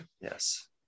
Yes